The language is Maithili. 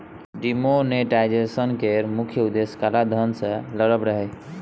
डिमोनेटाईजेशन केर मुख्य उद्देश्य काला धन सँ लड़ब रहय